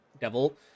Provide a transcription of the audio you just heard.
devil